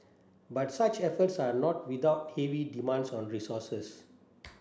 but such efforts are not without heavy demands on resources